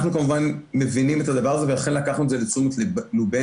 אנחנו כמובן מבינים את הדבר הזה ואכן לקחנו את זה לתשומת ליבנו,